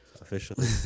officially